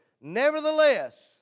nevertheless